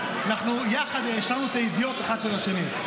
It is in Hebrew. אנחנו יחד העשרנו את הידיעות האחד של השני.